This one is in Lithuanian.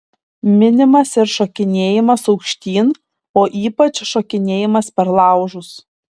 minimas ir šokinėjimas aukštyn o ypač šokinėjimas per laužus